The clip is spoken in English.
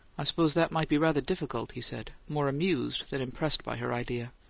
i suppose that might be rather difficult, he said, more amused than impressed by her idea.